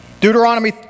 Deuteronomy